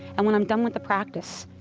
and when i'm done with the practice,